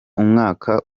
umwaka